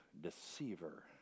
deceiver